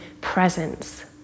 presence